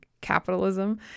Capitalism